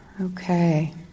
Okay